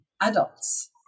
adults